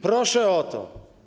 Proszę o to.